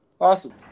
Awesome